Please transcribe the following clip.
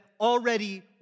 already